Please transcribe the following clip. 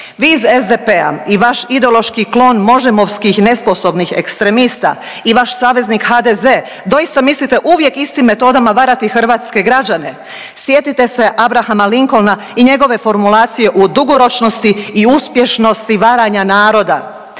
Vi iz SDP-a i vaš ideološki klon možemovskih nesposobnih ekstremista i vaš saveznik HDZ doista mislite uvijek istim metodama varati hrvatske građane? Sjetite se Abrahama Lincolna i njegove formulacije o dugoročnosti i uspješnosti varanja naroda.